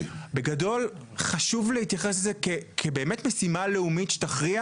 בגדול חשוב להתייחס לזה כמשימה לאומית שתכריע